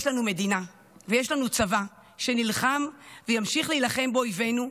יש לנו מדינה ויש לנו צבא שנלחם וימשיך להילחם באויבינו.